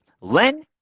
Len